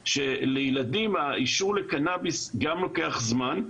האישור לילדים לוקח זמן,